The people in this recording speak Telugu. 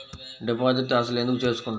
డిపాజిట్ అసలు ఎందుకు చేసుకుంటారు?